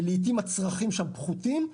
ולעיתים הצרכים שם פחותים,